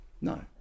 no